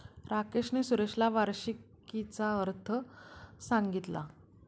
राकेशने सुरेशला वार्षिकीचा अर्थ सांगितला